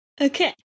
Okay